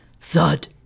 Thud